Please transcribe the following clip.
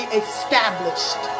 established